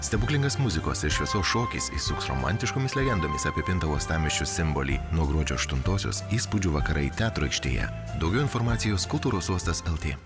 stebuklingas muzikos ir šviesos šokis įsuks romantiškomis legendomis apipintą uostamiesčio simbolį nuo gruodžio aštuntosios įspūdžių vakarai teatro aikštėje daugiau informacijos kultūros uostas lt